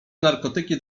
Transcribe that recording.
narkotyki